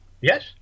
Yes